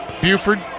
Buford